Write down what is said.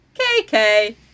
KK